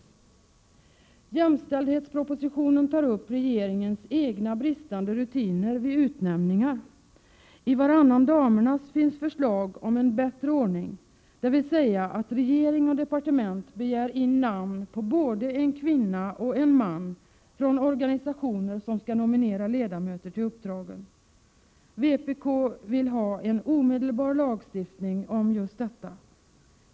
I jämställdhetspropositionen tar man upp regeringens egna brister när det gäller rutiner vid utnämningar. I ”Varannan damernas” finns förslag om en bättre ordning, dvs. att regering och departement begär in namn på både en kvinna och en man från organisationer som skall nominera ledamöter till uppdragen. Vpk vill ha en omedelbar lagstiftning om just detta.